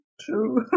True